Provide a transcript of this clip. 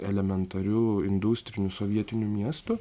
elementariu industriniu sovietiniu miestu